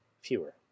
fewer